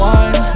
one